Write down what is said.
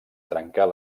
trencar